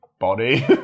body